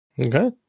okay